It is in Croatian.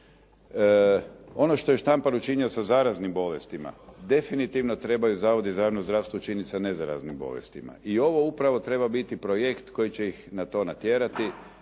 Ono što je Štampar učinio sa zaraznim bolestima definitivno trebaju zavodi za javno zdravstvo učinit sa nezaraznim bolestima i ovo upravo treba biti projekt koji će ih na to natjerati,